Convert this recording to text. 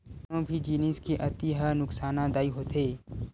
कोनो भी जिनिस के अति ह नुकासानदायी होथे